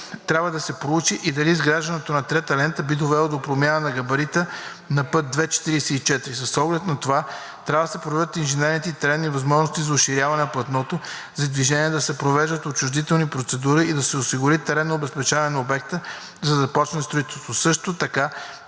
Трябва да се проучи и дали изграждането на трета лента би довело до промяна на габарита на път II-44. С оглед на това трябва да се проверят инженерните и трайните възможности за уширяване на платното за движение, да се провеждат отчуждителни процедури и да се осигури теренно обезпечаване на обекта, за да започне строителството.